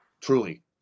truly